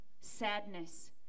sadness